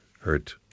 hurt